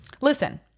Listen